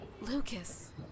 Lucas